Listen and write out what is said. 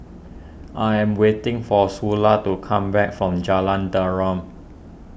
I am waiting for Sula to come back from Jalan Derum